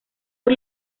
por